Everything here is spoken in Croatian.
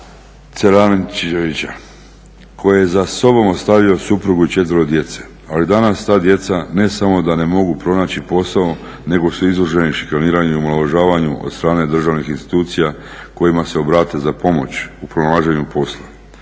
Cerančevića koji je za sobom ostavio suprugu i 4 djece, ali danas ta djeca ne samo da ne mogu pronaći posao nego su izloženi šikaniranju i omalovažavanju od strane državnih institucija kojima se obrate za pomoć u pronalaženju posla.